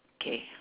okay